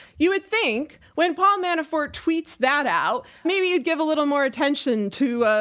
you would think when paul manafort tweets that out, maybe you'd give a little more attention to, ah